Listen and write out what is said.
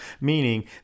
meaning